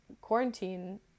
quarantine